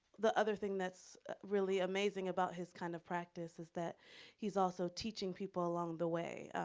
the other thing that's really amazing about his kind of practice is that he's also teaching people along the way,